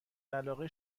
علاقه